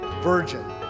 virgin